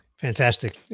Fantastic